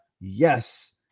Yes